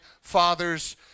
Father's